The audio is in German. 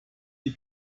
die